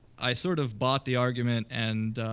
i sort of bought the argument. and